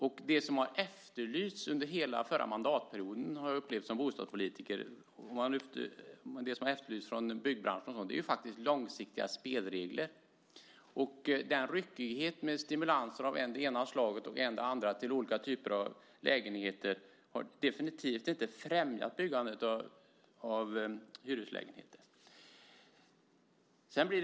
Jag har som bostadspolitiker under hela förra mandatperioden upplevt att det som efterlysts från byggbranschen är långsiktiga spelregler. Den ryckighet med stimulanser av än det ena och än det andra slaget till olika typer av lägenheter har definitivt inte främjat byggandet av hyreslägenheter. Herr talman!